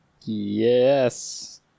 Yes